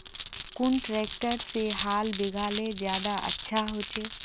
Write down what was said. कुन ट्रैक्टर से हाल बिगहा ले ज्यादा अच्छा होचए?